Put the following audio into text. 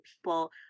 people